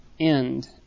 end